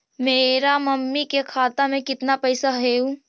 मेरा मामी के खाता में कितना पैसा हेउ?